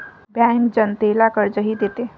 bank जनतेला कर्जही देते